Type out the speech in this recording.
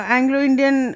Anglo-Indian